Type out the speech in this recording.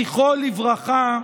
זכרו לברכה,